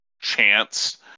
chance